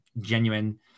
genuine